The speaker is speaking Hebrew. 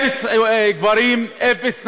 משרד התפוצות אפס גברים, אפס נשים,